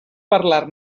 parlar